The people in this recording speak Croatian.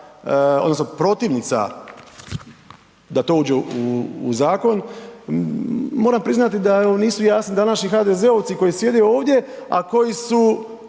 odnosno protivnica da to uđe u zakon, moram priznati da evo nisu jasni današnji HDZ-ovci koji sjede ovdje, a koji su